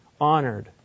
honored